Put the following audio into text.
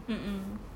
mm mm